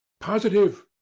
positive!